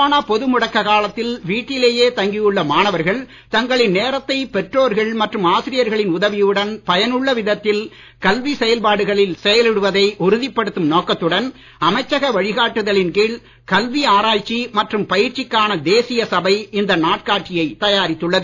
corona பொது முடக்க காலத்தில் வீட்டிலேயே தங்கியுள்ள மாணவர்கள் தங்களின் நேரத்தை பெற்றோர்கள் மற்றும் ஆசிரியர்களின் உதவியுடன் பயனுள்ள விதத்தில் கல்வி செயல்பாடுகளில் செலவிடுவதை உறுதிப்படுத்தும் நோக்கத்துடன் அமைச்சக வழிகாட்டுதலின் கீழ் கல்வி ஆராய்ச்சி மற்றும் பயிற்சிக்கான தேசிய சபை இந்த நாட்காட்டியை தயாரித்துள்ளது